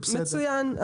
מצוין.